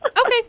Okay